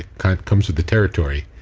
kind of comes with the territory.